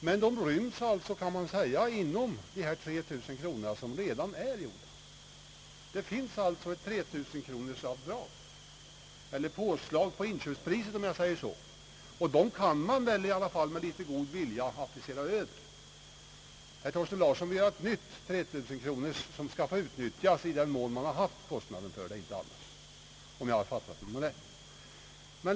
Men beloppet ryms inom det 3 000-kronorsavdrag — eller påslag på inköpspriset — som redan fastställts och som väl med litet god vilja kan användas i detta fall. Om jag har fattat herr Thorsten Larsson rätt vill han ha ett nytt 3 000-kronorsavdrag som skall utnyttjas i den mån man har haft motsvarande kostnad men inte annars.